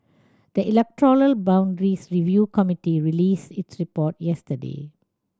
the electoral boundaries review committee released its report yesterday